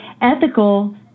ethical